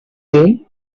ill